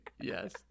Yes